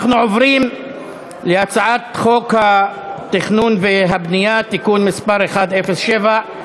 אנחנו עוברים להצעת חוק התכנון והבנייה (תיקון מס' והוראת שעה 107),